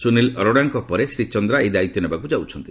ସୁନୀଲ ଆରୋରାଙ୍କ ପରେ ଶ୍ରୀଚନ୍ଦ୍ରା ଏହି ଦାୟିତ୍ୱ ନେବାକୁ ଯାଉଛନ୍ତି